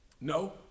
No